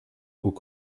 aux